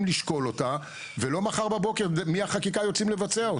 לשקול אותה ולא מחר בבוקר מהחקיקה יוצאים לבצע אותה.